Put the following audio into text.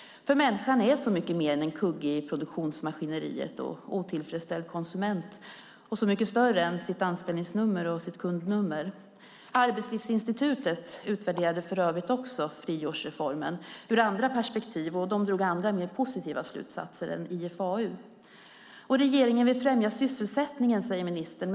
Människan är så mycket mer än en kugge i produktionsmaskineriet och en otillfredsställd konsument och så mycket större än sitt anställningsnummer och sitt kundnummer. Arbetslivsinstitutet utvärderade för övrigt också friårsreformen, men ur andra perspektiv, och drog andra och mer positiva slutsatser än IFAU. Regeringen vill främja sysselsättningen, säger ministern.